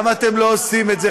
אבל למה אתם לא עושים את זה?